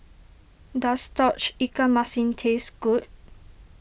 does Tauge Ikan Masin taste good